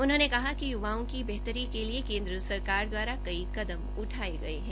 उन्होंने कहा कि युवाओं की बेहतरी के लिए सरकार द्वारा कई कदम उठाये गये है